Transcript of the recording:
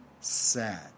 sad